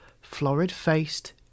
florid-faced